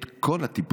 את כל הטיפול,